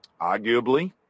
arguably